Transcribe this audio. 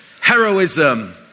heroism